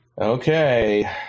Okay